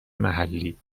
محلی